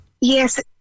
Yes